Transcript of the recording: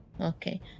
Okay